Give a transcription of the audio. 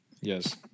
Yes